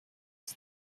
sie